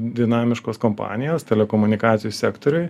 dinamiškos kompanijos telekomunikacijų sektoriuj